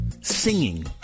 singing